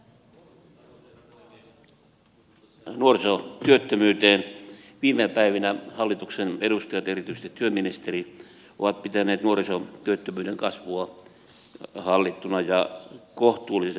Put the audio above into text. kun tässä puututtiin nuorisotyöttömyyteen viime päivinä hallituksen edustajat erityisesti työministeri ovat pitäneet nuorisotyöttömyyden kasvua hallittuna ja kohtuullisena